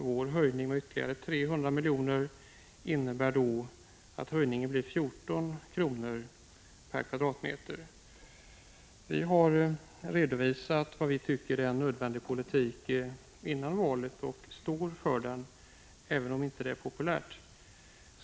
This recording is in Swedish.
Vårt förslag, ytterligare 300 milj.kr., innebär att hyreshöjningen blir 14 kr./m?. Vi redovisade före valet vilken politik vi tycker är nödvändig, och vi står för den även om det inte är populärt.